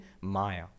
maya